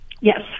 Yes